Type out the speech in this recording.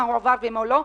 מה הועבר ומה לא?